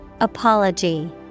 Apology